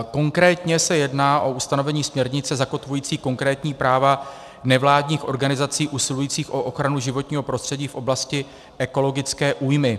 Konkrétně se jedná o ustanovení směrnice zakotvující konkrétní práva nevládních organizací usilujících o ochranu životního prostředí v oblasti ekologické újmy.